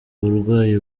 uburwayi